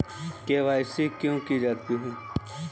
KYC क्यों की जाती है?